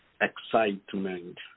excitement